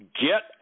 get